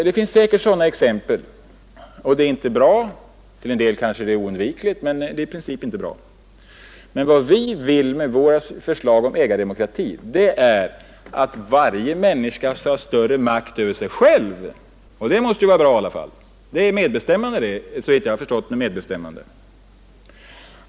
Det finns säkert sådana exempel, och det är inte bra, till en del kanske det är oundvikligt, men det är i princip inte bra. Men vad vi vill med våra förslag om ägardemokrati är att varje människa skall ha större makt över sig själv, och det måste vara bra, det är såvitt jag förstått det som menas med medbestämmande.